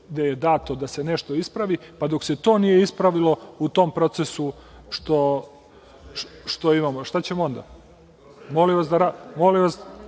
gde je dato da se nešto ispravi, pa dok se to nije ispravilo u tom procesu što imamo, šta ćemo onda? Molim vas, to